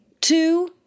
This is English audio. two